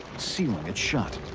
sealing it shut.